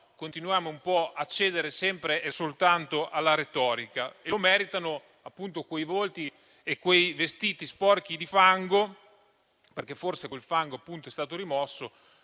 continuiamo a cedere sempre e soltanto alla retorica. Lo meritano quei volti e quei vestiti sporchi di fango, perché forse quel fango è stato rimosso,